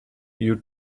you